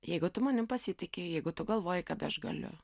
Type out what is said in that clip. jeigu tu manim pasitiki jeigu tu galvoji kad aš galiu